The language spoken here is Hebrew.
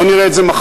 לא נראה את זה מחר,